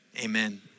Amen